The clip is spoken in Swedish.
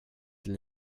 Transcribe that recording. till